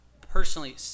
personally